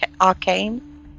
arcane